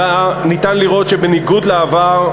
ניתן לראות שבניגוד לעבר,